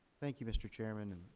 thank you, mr. chairman.